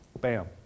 Bam